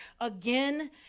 again